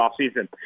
offseason